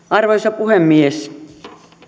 arvoisa puhemies